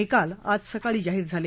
निकाल आज सकाळी जाहीर झाले